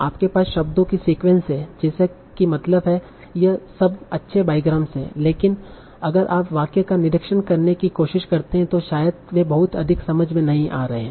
आपके पास शब्दों की सीक्वेंस हैं जैसे कि मतलब है यह सब अच्छे बाई ग्राम हैं लेकिन अगर आप वाक्य का निरीक्षण करने की कोशिश करते हैं तो शायद वे बहुत अधिक समझ में नहीं आ रहे हैं